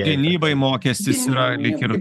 gynybai mokestis yra lyg ir